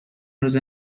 روزه